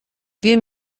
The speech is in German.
wir